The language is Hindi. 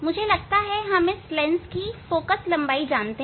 मुझे लगता है कि हम इस लेंस की फोकललंबाई जानते हैं